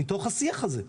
מתוך השיח הזה.